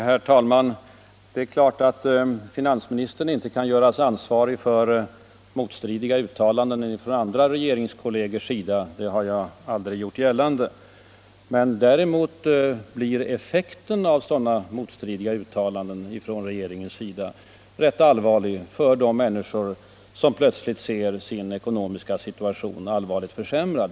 Herr talman! Det är klart att finansministern inte kan göras ansvarig för motstridiga uttalanden av regeringskolleger; det har jag aldrig heller gjort gällande. Däremot blir effekten av sådana motstridiga uttalanden från regeringen rätt allvarlig för de människor som plötsligt ser sin ekonomiska situation avsevärt försämrad.